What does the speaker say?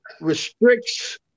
restricts